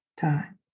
time